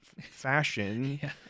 fashion